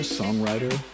songwriter